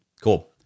Cool